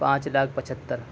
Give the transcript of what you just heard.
پانچ لاکھ پچھتر